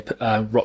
rock